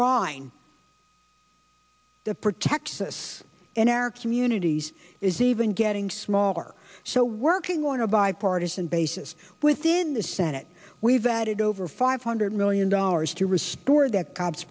rhino the protects us in our communities is even getting smaller so working on a bipartisan basis within the senate we've added over five hundred million dollars to restore that cops